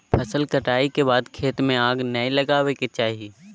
फसल कटाई के बाद खेत में आग नै लगावय के चाही